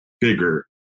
bigger